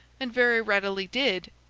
and very readily did,